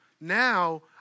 now